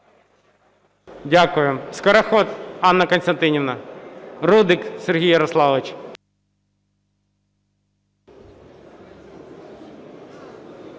Дякую. Скороход Анна Костянтинівна. Рудик Сергій Ярославович.